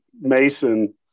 Mason